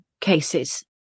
cases